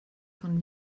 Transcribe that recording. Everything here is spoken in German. von